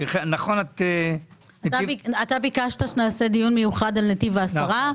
אתה ביקשת שנעשה דיון מיוחד על נושא של נתיב העשרה.